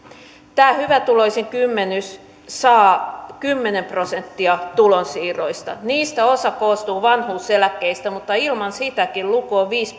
tämä hyvätuloisin kymmenys saa kymmenen prosenttia tulonsiirroista niistä osa koostuu vanhuuseläkkeistä mutta ilman sitäkin luku on viisi